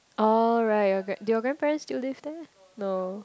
oh right your grand do your grandparents still live there no